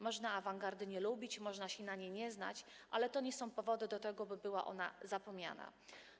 Można awangardy nie lubić, można się na niej nie znać, ale to nie są powody do tego, by była ona zapomniana.